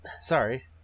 Sorry